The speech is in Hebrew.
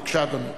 בבקשה, אדוני.